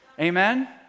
Amen